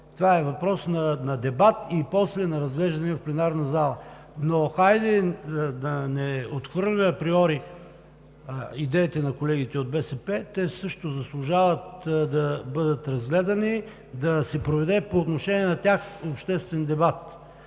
това е въпрос на дебат и после на разглеждане в пленарната зала. Хайде да не отхвърляме априори идеите на колегите от БСП – те също заслужават да бъдат разгледани, да се проведе обществен дебат